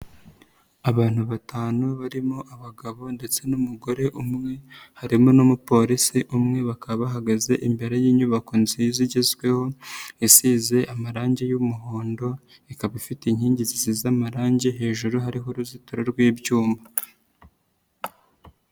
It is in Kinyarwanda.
Abantu batanu barimo abagabo ndetse n'umugore umwe harimo n'umupolisi umwe bakaba bahagaze imbere y'inyubako nziza igezweho isize amarangi y'umuhondo, ikaba ifite inkingi zisize amarangi, hejuru hariho uruzitiro rw'ibyuma.